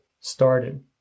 started